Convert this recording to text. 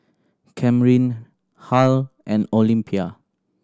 Camryn Harl and Olympia